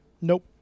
Nope